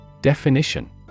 Definition